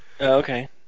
Okay